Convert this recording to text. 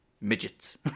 midgets